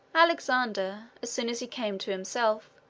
alexander, as soon as he came to himself,